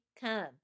come